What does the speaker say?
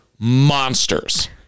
monsters